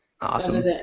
Awesome